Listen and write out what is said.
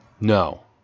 No